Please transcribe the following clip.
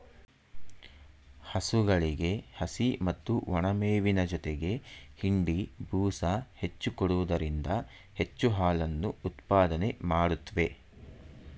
ಹಸುಗಳಿಗೆ ಹಸಿ ಮತ್ತು ಒಣಮೇವಿನ ಜೊತೆಗೆ ಹಿಂಡಿ, ಬೂಸ ಹೆಚ್ಚು ಕೊಡುವುದರಿಂದ ಹೆಚ್ಚು ಹಾಲನ್ನು ಉತ್ಪಾದನೆ ಮಾಡುತ್ವೆ